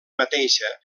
mateixa